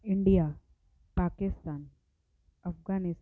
India Pakistan Afghanistan